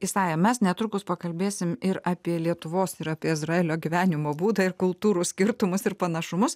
isaja mes netrukus pakalbėsim ir apie lietuvos ir apie izraelio gyvenimo būdą ir kultūrų skirtumus ir panašumus